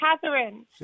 catherine